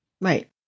Right